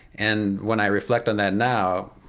and when i reflect on that now,